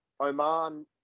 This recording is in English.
Oman